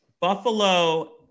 Buffalo